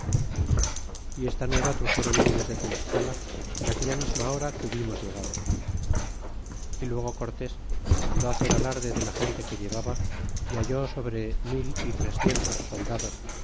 y esta nueva truxéron indios de tlascala en aquella misma hora que hubimos llegado y luego cortés mandó hacer alarde de la gente que llevaba y halló sobre mil y trescientos soldados